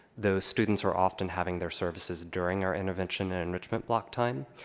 those students are often having their services during our intervention and enrichment block time.